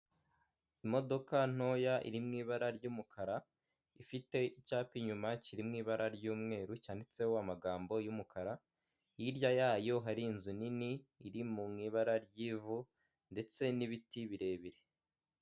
Imodoka ntoya iri mu ibara ry'umukara, ifite icyapa inyuma kiri mu ibara ry'umweru, cyanditseho amagambo y'umukara, hirya yayo hari inzu nini iri mu ibara ry'ivu ndetse n'ibiti birebire.